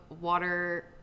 water